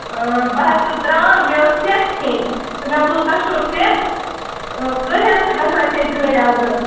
آ بہٕ حظ چھَس درٛال مےٚ حظ ٲس سٮ۪کھ ہیٚنۍ تہٕ مےٚ بوٗز تۄہہِ چھَو سٮ۪کھ آ کٔہۍ حظ چھِ گژھان سیٚکہِ گٲڑۍ اَزٕ